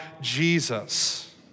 Jesus